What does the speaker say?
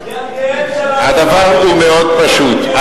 הדבר הוא מאוד פשוט,